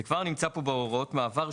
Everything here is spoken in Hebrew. זה כבר נמצא פה בהוראות המעבר.